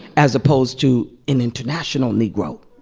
as opposed to an international negro.